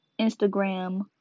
Instagram